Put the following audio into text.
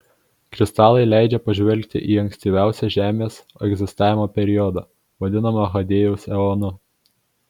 kristalai leidžia pažvelgti į ankstyviausią žemės egzistavimo periodą vadinamą hadėjaus eonu